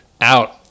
Out